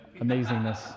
amazingness